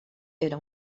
era